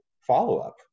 follow-up